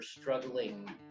struggling